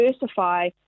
diversify